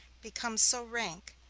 becomes so rank,